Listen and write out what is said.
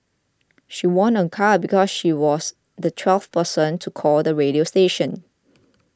she won a car because she was the twelfth person to call the radio station